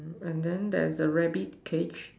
and then there's the rabbit cage